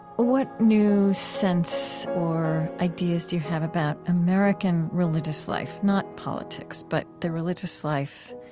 what new sense or ideas do you have about american religious life, not politics, but the religious life